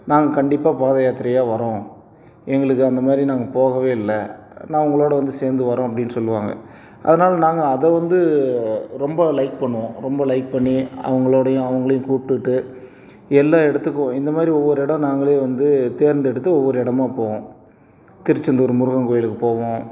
நாங்கள் கண்டிப்பாக பாதை யாத்திரையாக வரோம் எங்களுக்கு அந்த மாதிரி நாங்கள் போகவே இல்லை நான் உங்களோடய வந்து சேர்ந்து வரோம் அப்படின்னு சொல்லுவாங்க அதனால நாங்கள் அதை வந்து ரொம்ப லைக் பண்ணுவோம் ரொம்ப லைக் பண்ணி அவங்களோடையும் அவங்களையும் கூப்பிட்டுட்டு எல்லா இடத்துக்கும் இந்த மாதிரி ஒவ்வொரு எடம் நாங்களே வந்து தேர்ந்தெடுத்து ஒவ்வொரு எடமாக போவோம் திருச்செந்தூர் முருகன் கோயிலுக்கு போவோம்